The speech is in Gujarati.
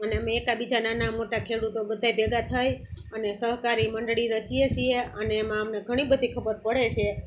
અને અમે એક બીજા નાના મોટા ખેડૂતો બધાં ભેગા થઈ અને સહકારી મંડળી રચીએ છીએ અને એમાં અમને ઘણી બધી ખબર પડે છે